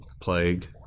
Plague